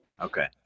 Okay